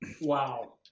Wow